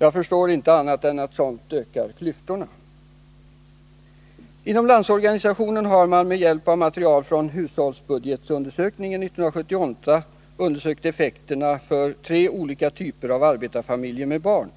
Jag kan inte förstå annat än att sådant ökar klyftorna. Inom Landsorganisationen har man med hjälp av material från hushållsbudgetundersökningen 1978 studerat effekterna av vidtagna åtgärder för tre olika typer av arbetarfamiljer med barn.